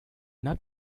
not